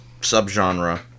subgenre